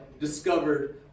discovered